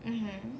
mmhmm